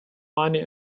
money